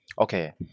Okay